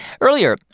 Earlier